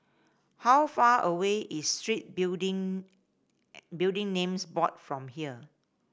how far away is Street Building Building Names Board from here